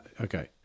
Okay